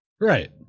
Right